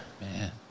man